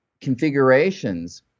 configurations